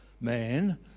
Man